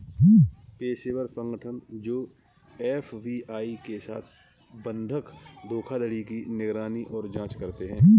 पेशेवर संगठन जो एफ.बी.आई के साथ बंधक धोखाधड़ी की निगरानी और जांच करते हैं